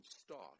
start